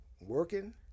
Working